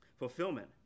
fulfillment